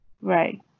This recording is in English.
Right